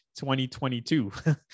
2022